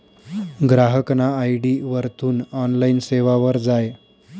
ग्राहकना आय.डी वरथून ऑनलाईन सेवावर जाय